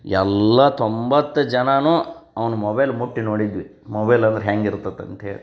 ಎಲ್ಲ ತೊಂಬತ್ತು ಜನನೂ ಅವ್ನ ಮೊಬೈಲ್ ಮುಟ್ಟಿ ನೋಡಿದ್ವಿ ಮೊಬೈಲ್ ಅಂದ್ರೆ ಹೆಂಗೆ ಇರ್ತತೆ ಅಂತ ಹೇಳಿ